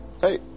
Hey